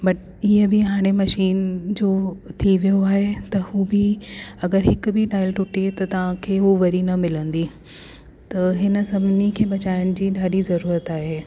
but इहा बि हाणे मशीन जो थी वियो आहे त उहो बि अगरि हिकु बि टाइल टूटे त तव्हांखे उहो वरी न मिलंदी त हिन सभिनी खे बचाइण जी ॾाढी ज़रूरुत आहे